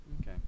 Okay